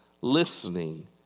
listening